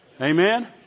Amen